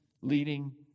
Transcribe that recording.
leading